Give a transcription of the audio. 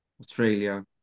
australia